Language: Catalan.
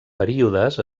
períodes